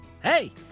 Hey